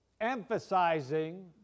emphasizing